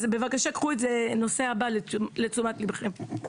בבקשה קחו את הנושא הזה לתשומת לבכם.